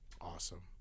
Awesome